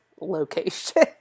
location